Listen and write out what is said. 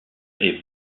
est